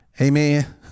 Amen